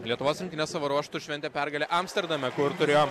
lietuvos rinktinė savo ruožtu šventė pergalę amsterdame kur turėjo